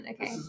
Okay